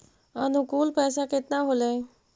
अनुकुल पैसा केतना होलय